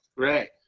right. oh,